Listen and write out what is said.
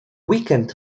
weekend